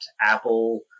Apple